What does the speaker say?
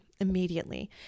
immediately